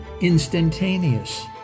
instantaneous